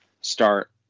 start